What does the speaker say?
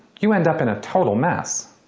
you end up in a total mess.